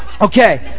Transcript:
Okay